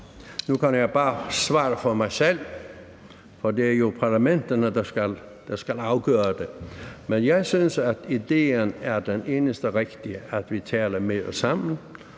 Nu kan jeg bare svare for mig selv, for det er jo parlamenterne, der skal afgøre det. Men jeg synes, at den eneste rigtige idé er, at vi taler mere sammen,